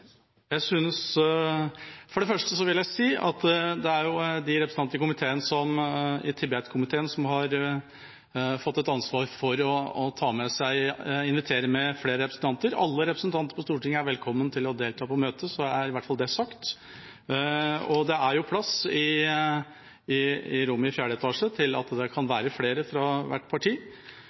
For det første vil jeg si at det er representanter i Tibet-komiteen som har fått ansvar for å invitere med seg flere representanter. Alle representanter på Stortinget er velkommen til å delta på møtet, så er i hvert fall det sagt. Og det er jo plass i rommet i fjerde etasje til at det kan være flere fra hvert parti,